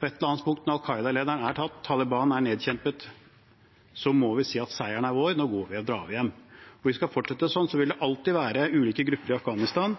På et eller annet punkt – når Al Qaida-lederen er tatt, eller når Taliban er nedkjempet – må vi si at seieren er vår, nå drar vi hjem. Hvis vi skal fortsette sånn, vil det alltid være ulike grupper i Afghanistan